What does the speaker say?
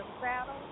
saddle